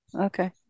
Okay